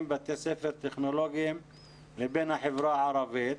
בבתי ספר טכנולוגיים לבין החברה הערבית.